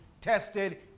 tested